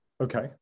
Okay